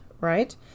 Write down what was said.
right